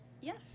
Yes